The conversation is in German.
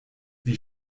wie